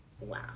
Wow